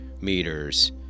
meters